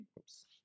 Oops